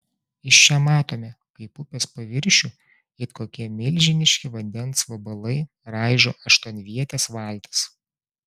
iš čia matome kaip upės paviršių it kokie milžiniški vandens vabalai raižo aštuonvietės valtys